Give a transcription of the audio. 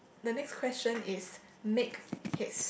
the next question is make